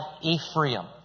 Ephraim